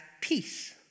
Peace